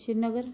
Srinagar